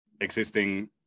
existing